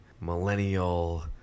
millennial